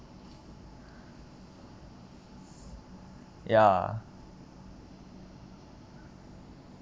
ya